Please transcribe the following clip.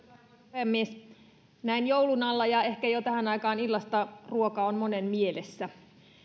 puhemies näin joulun alla ja ehkä jo tähän aikaan illasta ruoka on monen mielessä